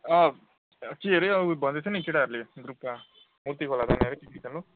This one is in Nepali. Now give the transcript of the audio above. अँ के रे अघि भन्दै थिए नि केटाहरूले ग्रुपका मूर्ति खोला जाने अरे पिकनिक खानु